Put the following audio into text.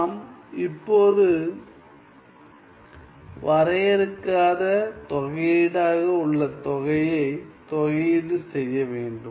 நாம் இப்போது வரையறுக்காத தொகையீடாக உள்ள தொகையை தொகையீடு செய்ய வேண்டும்